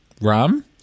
rum